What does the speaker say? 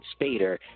Spader